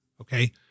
Okay